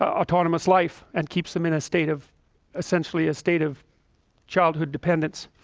ah autonomous life and keeps them in a state of essentially a state of childhood dependence